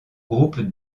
groupe